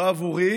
לא עבורי